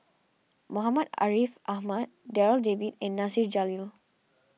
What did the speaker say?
Muhammad Ariff Ahmad Darryl David and Nasir Jalil